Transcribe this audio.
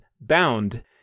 Bound